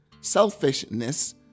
selfishness